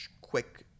quick